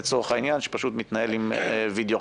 לצורך העניין, שפשוט מתנהל עם וידיאו.